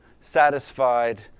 satisfied